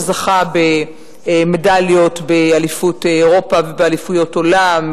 שזכה במדליות באליפות אירופה ובאליפויות עולם,